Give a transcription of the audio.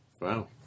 Wow